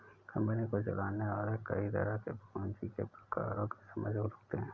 company को चलाने वाले कई तरह के पूँजी के प्रकारों की समझ रखते हैं